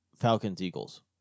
Falcons-Eagles